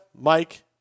Mike